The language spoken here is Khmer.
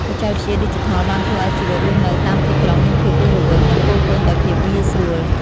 បច្ចេកវិទ្យាឌីជីថលបានធ្វើឱ្យជីវិតរស់នៅតាមទីក្រុងមានភាពរស់រវើក និងពោរពេញដោយភាពងាយស្រួល។